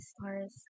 stars